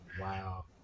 wow